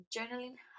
Journaling